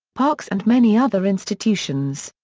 parks and many other institutions.